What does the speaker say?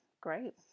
great